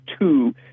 two